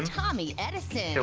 tommy edison.